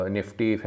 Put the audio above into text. Nifty